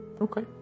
Okay